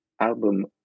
album